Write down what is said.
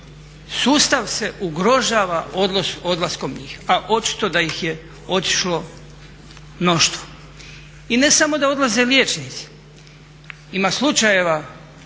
Sustav se ugrožava odlaskom njih, a očito da ih je otišlo mnoštvo. I ne samo da odlaze liječnici, ima slučajeva